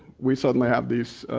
we suddenly have these